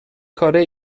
کاره